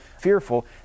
fearful